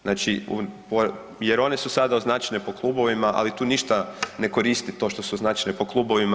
Znači jer one su sada označene po klubovima, ali tu ništa ne koristi to što su označene po klubovima.